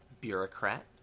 Bureaucrat